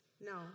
No